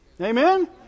Amen